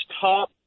top